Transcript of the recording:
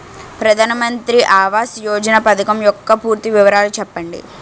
ప్రధాన మంత్రి ఆవాస్ యోజన పథకం యెక్క పూర్తి వివరాలు చెప్పండి?